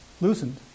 loosened